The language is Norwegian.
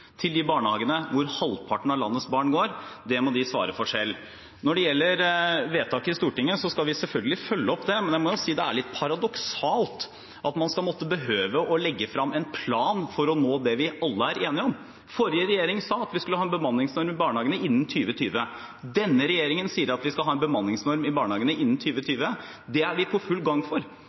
til de barnehagene hvor halvparten av landets barn går, det må de svare for selv. Når det gjelder vedtaket i Stortinget, skal vi selvfølgelig følge opp det. Men jeg må jo si at det er litt paradoksalt at man behøver å legge frem en plan for å nå det vi alle er enige om. Forrige regjering sa at vi skulle ha en bemanningsnorm i barnehagene innen 2020. Denne regjeringen sier at vi skal ha en bemanningsnorm i barnehagene innen 2020. Det er vi i full gang